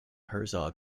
herzog